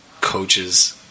coaches